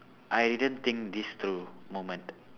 I didn't think this through moment